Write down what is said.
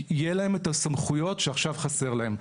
יהיה להם את הסמכויות שעכשיו חסר להם?